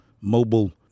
mobile